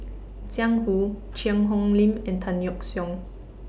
Jiang Hu Cheang Hong Lim and Tan Yeok Seong